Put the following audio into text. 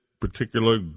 particular